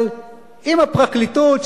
אבל אם הפרקליטות,